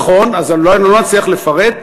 נכון, אז אולי אני לא אצליח לפרט.